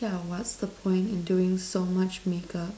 yeah what's the point in doing so much makeup